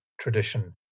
tradition